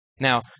Now